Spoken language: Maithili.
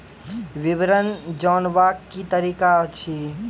विवरण जानवाक की तरीका अछि?